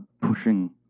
pushing